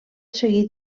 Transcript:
seguit